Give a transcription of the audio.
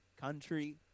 country